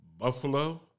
Buffalo